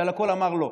שעל הכול אמר לא.